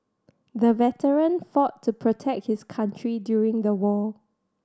the veteran fought to protect his country during the war